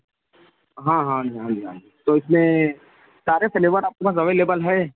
ہاں ہاں جی ہاں جی ہاں جی تو اس میں سارے فلیور آپ کے پاس اویلیبل ہے